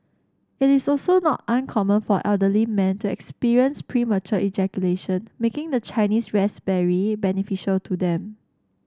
it is also not uncommon for elderly men to experience premature ejaculation making the Chinese raspberry beneficial to them